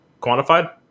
quantified